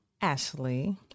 Ashley